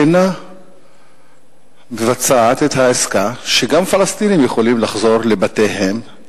שאינה מבצעת את העסקה שגם פלסטינים יכולים לחזור לבתיהם,